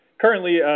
Currently